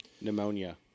Pneumonia